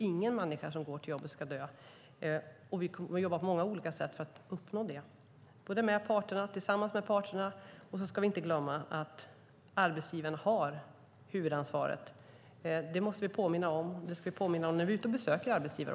Ingen människa som går till jobbet ska behöva dö. Vi kommer att jobba på många olika sätt för att uppnå det tillsammans med parterna. Vi ska inte glömma att arbetsgivaren har huvudansvaret. Det måste vi påminna om. Det ska vi påminna om också när vi är ute och besöker arbetsgivare.